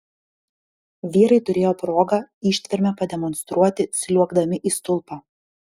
vyrai turėjo progą ištvermę pademonstruoti sliuogdami į stulpą